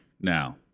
Now